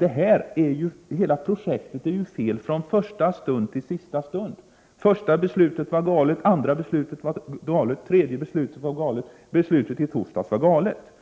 jag avser när jag talar om huvudlös trafikpolitik. Hela projektet är fel från första till sista stund. Första beslutet var galet, andra beslutet var galet, tredje beslutet var galet, beslutet i torsdags var galet.